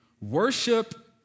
Worship